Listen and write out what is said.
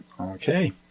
Okay